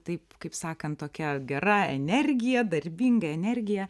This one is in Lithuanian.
taip kaip sakant tokia gera energija darbinga energija